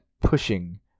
pushing